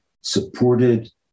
supported